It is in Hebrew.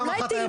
אולי תלמד.